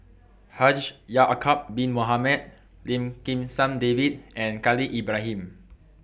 Haji Ya'Acob Bin Mohamed Lim Kim San David and Khalil Ibrahim